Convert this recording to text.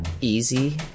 easy